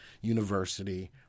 University